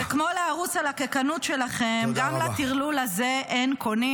וכמו לערוץ הלקקנות שלכם גם לטרלול הזה אין קונים,